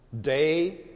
Day